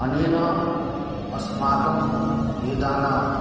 अनेन अस्माकं वेदानां